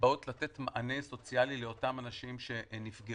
באים לתת מענה סוציאלי לאותם אנשים שנפגעו,